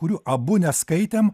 kurių abu neskaitėm